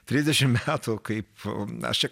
trisdešimt metų kaip na aš čia